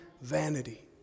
vanity